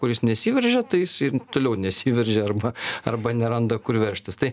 kuris nesiveržia tai jis toliau nesiveržia arba arba neranda kur veržtis tai